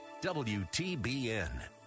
WTBN